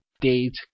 date